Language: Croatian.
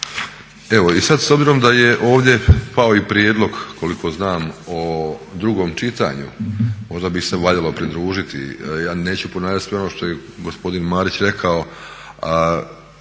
Evo, i sad s obzirom da je ovdje pao i prijedlog koliko znam o drugom čitanju možda bi se valjalo pridružiti, ja neću ponavljati sve ono što je gospodin Marić rekao,